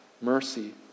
mercy